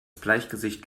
bleichgesicht